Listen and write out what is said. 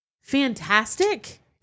fantastic